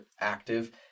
active